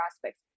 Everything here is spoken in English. prospects